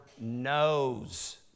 knows